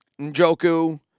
Njoku